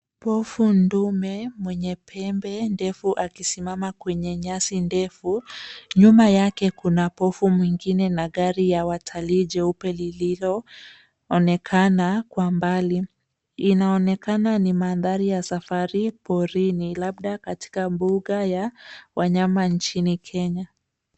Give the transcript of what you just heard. Pofu ndume mwenye pembe ndefu akisimama kwenye nyasi ndefu. Nyuma yake kuna pofu mwengine na gari ya watalii jeupe lililoonekana kwa mbali. Inaonekana ni mandhari ya safari porini, labda katika mbuga ya wanyama nchini Kenya.